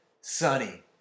sunny